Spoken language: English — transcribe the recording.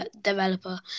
developer